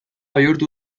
bihurtu